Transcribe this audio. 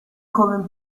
joven